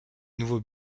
nouveaux